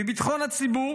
בביטחון הציבור